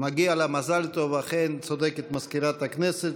מגיע לה מזל טוב, אכן, צודקת מזכירת הכנסת,